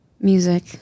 music